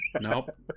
Nope